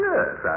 Yes